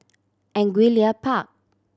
Angullia Park